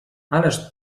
ależ